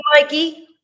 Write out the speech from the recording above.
Mikey